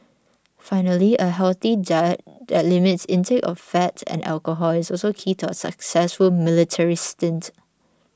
finally a healthy diet that limits intake of fat and alcohol is also key to a successful military stint